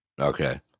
Okay